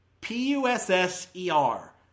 P-U-S-S-E-R